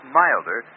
milder